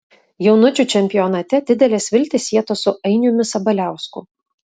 jaunučių čempionate didelės viltys sietos su ainiumi sabaliausku